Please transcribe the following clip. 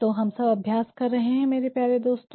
तो हम सब अभ्यास कर रहे है मेरे प्यारे दोस्तों